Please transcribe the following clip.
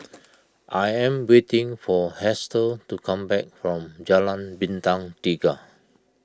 I am waiting for Hester to come back from Jalan Bintang Tiga